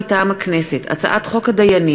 מטעם הממשלה: הצעת חוק הפחתת הגירעון